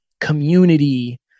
community